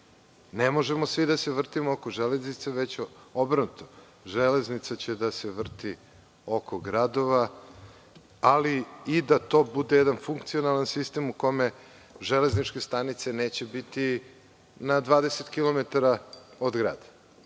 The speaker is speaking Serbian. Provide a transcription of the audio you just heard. Ne možemo svi da vrtimo oko železnice, već obrnuto, železnica će da se vrti oko gradova, ali i da to bude jedan funkcionalan sistem u kome železničke stanice neće biti na 20 kilometara